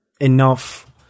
enough